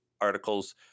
articles